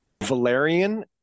Valerian